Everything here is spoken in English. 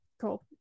Cool